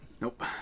Nope